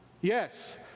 Yes